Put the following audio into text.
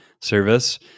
service